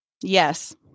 Yes